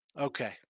Okay